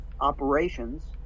operations